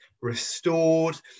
restored